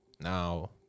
Now